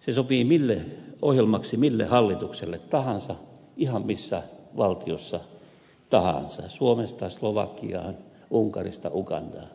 se sopii ohjelmaksi mille hallitukselle tahansa ihan missä valtiossa tahansa suomesta slovakiaan unkarista ugandaan